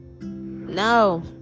no